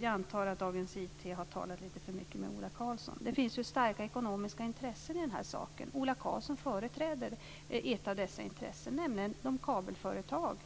Jag antar att Dagens IT har talat lite för mycket med Ola Det finns ju starka ekonomiska intressen i den här saken. Ola Karlsson företräder ett av dessa intressen, nämligen de kabelföretag